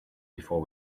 before